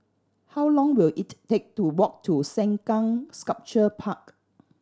how long will it take to walk to Sengkang Sculpture Park